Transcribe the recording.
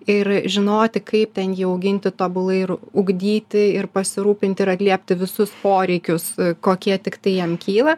ir žinoti kaip ten jį auginti tobulai ir ugdyti ir pasirūpinti ir atliepti visus poreikius kokie tiktai jam kyla